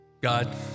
God